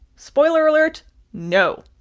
spoiler alert no,